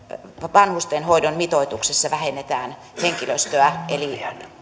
vanhustenhoidon mitoituksessa vähennetään henkilöstöä eli